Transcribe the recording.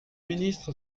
ministre